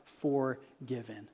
forgiven